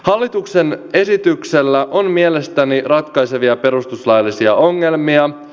hallituksen esityksellä on mielestäni ratkaisevia perustuslaillisia ongelmia